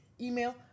email